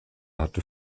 hatte